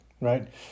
right